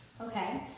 Okay